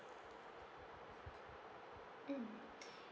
mm